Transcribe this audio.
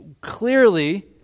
clearly